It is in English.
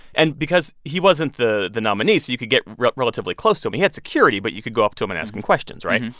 and because he wasn't the the nominee, so you could get relatively close to him. he had security, but you could go up to him and ask him questions, right?